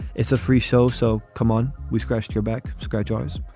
it's a free show. so come on, we scratch your back, scratch yours.